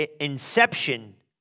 inception